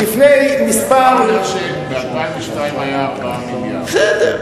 ב-2002 היה 4 מיליארד,